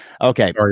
Okay